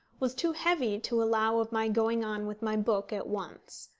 was too heavy to allow of my going on with my book at once.